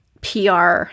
PR